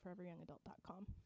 foreveryoungadult.com